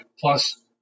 Plus